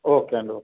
okay అండి okay